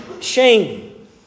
shame